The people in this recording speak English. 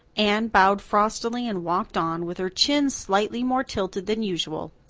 anne bowed frostily and walked on, with her chin slightly more tilted than usual.